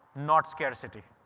not scarcity.